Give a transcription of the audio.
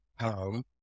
home